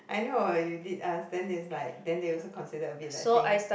I know you did ask then it's like then they also consider a bit like saying